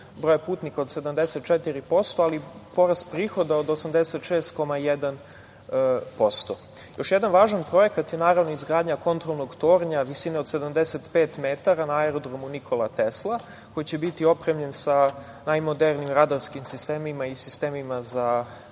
broja putnika od 74%, ali i porast prihoda od 86,1%.Još jedan važan projekat je izgradnja kontrolnog tornja, visine 75 metara, na aerodromu „Nikola Tesla“, koji će biti opremljen sa najmodernijim radarskim sistemima i sistemima za